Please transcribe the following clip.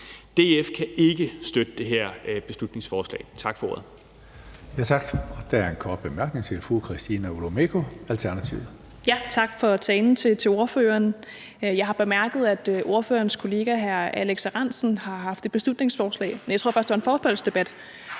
DF kan ikke støtte det her beslutningsforslag.